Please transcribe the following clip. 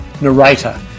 narrator